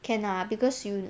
can lah because you